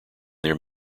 their